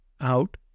out